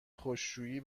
خشکشویی